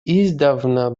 издавна